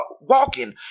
walking